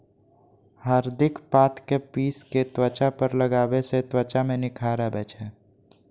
हरदिक पात कें पीस कें त्वचा पर लगाबै सं त्वचा मे निखार आबै छै